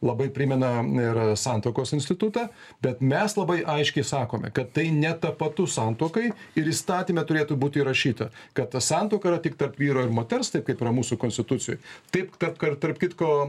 labai primena ir santuokos institutą bet mes labai aiškiai sakome kad tai netapatu santuokai ir įstatyme turėtų būt įrašyta kad ta santuoka yra tik tarp vyro ir moters taip kaip yra mūsų konstitucijoj taip ka kar tarp kitko